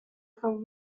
from